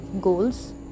goals